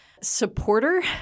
supporter